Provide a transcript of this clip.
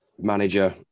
Manager